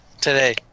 today